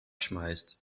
schmeißt